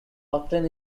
obtain